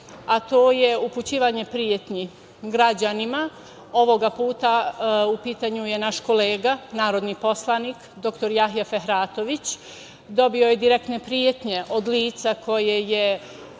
a to je upućivanje pretnji građanima. Ovog puta u pitanju je naš kolega narodni poslanik, dr Jahja Fehratović. Dobio je direktne pretnje od lica koje je